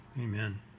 Amen